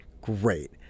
great